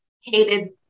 hated